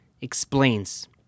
explains